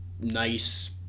nice